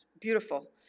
beautiful